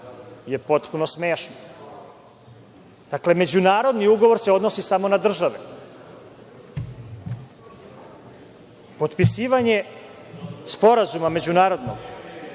je potpuno smešno. Dakle, međunarodni ugovor se odnosi samo na države. Potpisivanje sporazuma međunarodnog